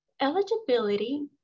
eligibility